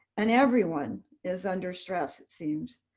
and everyone is under stress, it seems.